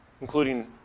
including